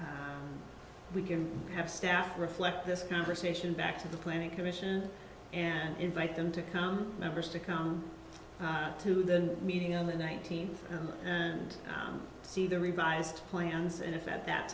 we can have staff reflect this conversation back to the planning commission and invite them to come members to come to the meeting on the nineteenth and see the revised plans and if at that